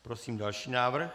Prosím další návrh.